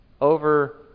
Over